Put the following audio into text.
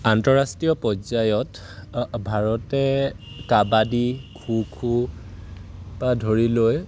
আন্তঃৰাষ্ট্ৰীয় পৰ্যায়ত ভাৰতে কাবাডী খো খোৰ পৰা ধৰি লৈ